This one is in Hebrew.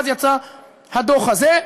שאז יצא הדוח הזה,